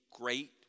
great